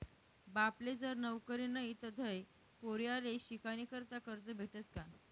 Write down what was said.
बापले जर नवकरी नशी तधय पोर्याले शिकानीकरता करजं भेटस का?